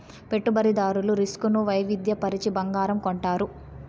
పెట్టుబడిదారులు రిస్క్ ను వైవిధ్య పరచి బంగారం కొంటారు